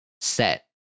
set